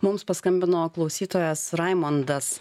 mums paskambino klausytojas raimundas